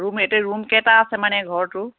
room এতিয়া room কেইটা আছে মানে ঘৰটো